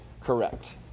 correct